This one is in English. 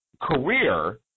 career